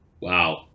Wow